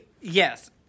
yes